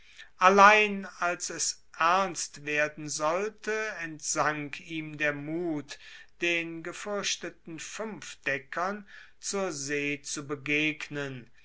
allein als es ernst werden sollte entsank ihm der mut den gefuerchteten fuenfdeckern zur see zu begegnen